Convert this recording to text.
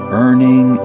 earning